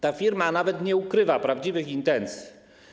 Ta firma nawet nie ukrywa prawdziwych intencji.